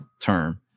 term